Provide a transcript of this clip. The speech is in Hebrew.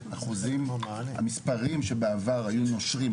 המספרים שבעבר היו נושרים,